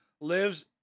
lives